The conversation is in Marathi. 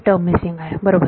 टर्म मिसिंग आहे बरोबर